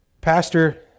Pastor